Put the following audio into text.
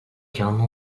canlı